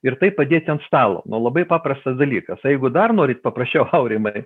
ir tai padėti ant stalo nu labai paprastas dalykas o jeigu dar norit paprasčiau aurimai